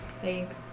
Thanks